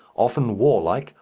often warlike,